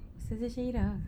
ustazah shilah